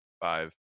Five